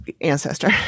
ancestor